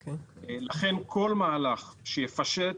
לכן, כל מהלך שיפשט